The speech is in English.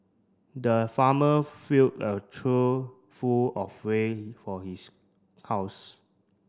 the farmer filled a trough full of for his house